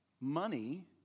money